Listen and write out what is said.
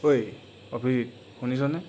ঐ অভি শুনিছ'নে